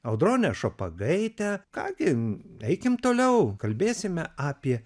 audronę šopagaitę ką gi eikim toliau kalbėsime apie